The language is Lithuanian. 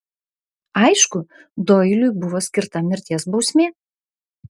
aišku doiliui buvo skirta mirties bausmė